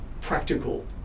practical